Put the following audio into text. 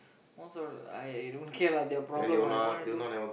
most of I don't care lah their problem lah I want to do